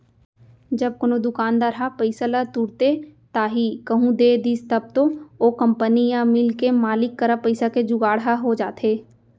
जब कोनो दुकानदार ह पइसा ल तुरते ताही कहूँ दे दिस तब तो ओ कंपनी या मील के मालिक करा पइसा के जुगाड़ ह हो जाथे